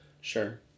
sure